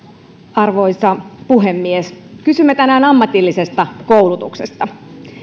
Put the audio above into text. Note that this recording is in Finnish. arvoisa puhemies kysymme tänään ammatillisesta koulutuksesta